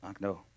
No